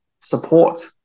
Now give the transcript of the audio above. support